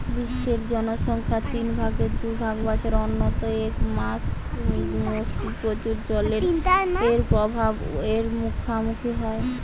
বিশ্বের জনসংখ্যার তিন ভাগের দু ভাগ বছরের অন্তত এক মাস প্রচুর জলের অভাব এর মুখোমুখী হয়